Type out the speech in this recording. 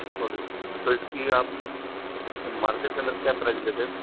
order तो इसकी आप मार्केट के अंदर क्या प्राइज़ लेते हैं